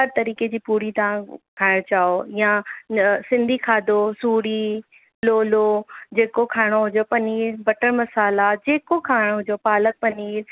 हर तरीक़े जी पूड़ी तव्हां खाहिण चाहियो या सिंधी खादो सूड़ी लोलो जेको खाइणो हुजेव पनीर बटर मसाला जेको खाइणो हुजेव पालक पनीर